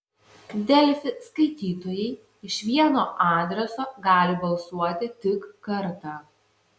delfi skaitytojai iš vieno adreso gali balsuoti tik kartą